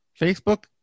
Facebook